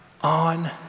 on